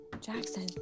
Jackson